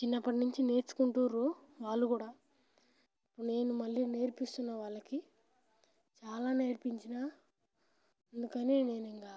చిన్నప్పటినుంచి నేర్చుకుంట్టుర్రు వాళ్ళు కూడా నేను మళ్ళీ నేర్పిస్తున్నాను వాళ్ళకి చాలా నేర్పించినాను అందుకని నేను ఇంకా